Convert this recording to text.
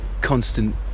constant